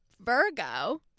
Virgo